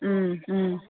ꯎꯝ ꯎꯝ